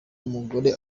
umugore